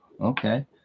Okay